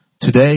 Today